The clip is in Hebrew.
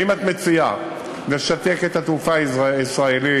האם את מציעה לשתק את התעופה הישראלית,